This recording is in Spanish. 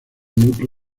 núcleo